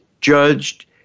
judged